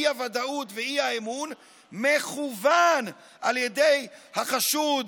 האי-ודאות והאי-אמון מכוון על ידי החשוד,